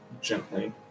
gently